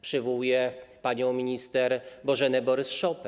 Przywołuję panią minister Bożenę Borys-Szopę.